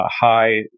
high